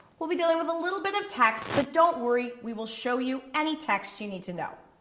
we'll be dealing with a little bit of text, but don't worry, we will show you any text you need to know.